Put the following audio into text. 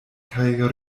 kaj